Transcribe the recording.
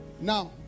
now